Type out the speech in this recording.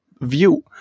view